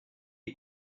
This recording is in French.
est